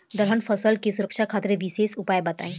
दलहन फसल के सुरक्षा खातिर विशेष उपाय बताई?